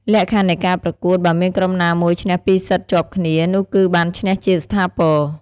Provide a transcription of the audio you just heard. លក្ខខណ្ឌនៃការប្រកួតបើមានក្រុមណាមួយឈ្នះ ២ សិតជាប់គ្នានោះគឺបានឈ្នះជាស្ថាពរ ។